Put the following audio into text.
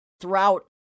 throughout